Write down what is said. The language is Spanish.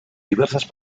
diversas